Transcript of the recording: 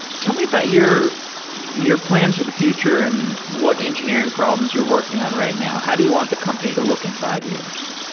tell me about your your plans for the future and what engineering problems you're working on right now. how do you want the company to look in five years?